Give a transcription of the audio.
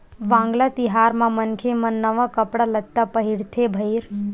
वांगला तिहार म मनखे मन नवा कपड़ा लत्ता पहिरथे भईर